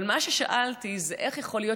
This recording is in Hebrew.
אבל מה ששאלתי זה: איך יכול להיות